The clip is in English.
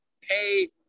pay